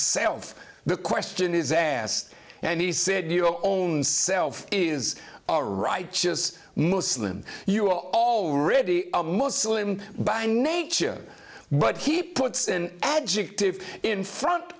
self the question is asked and he said your own self is a righteous muslim you are already a muslim by nature but he puts an adjective in front